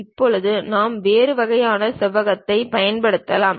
இப்போது நாம் வேறு வகையான செவ்வகத்தைப் பயன்படுத்தலாம்